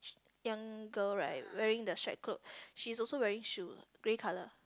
young girl right wearing the stripe clothes she is also wearing shoe grey colour